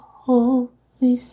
holy